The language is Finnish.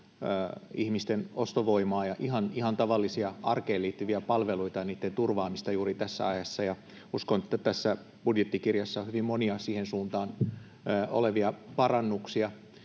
ihmisten ostovoimaa ja ihan tavallisia arkeen liittyviä palveluita ja niitten turvaamista juuri tässä ajassa, ja uskon, että tässä budjettikirjassa on hyvin monia siihen suuntaan olevia parannuksia.